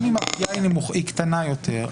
גם אם הפגיעה היא קטנה יותר,